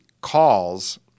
Calls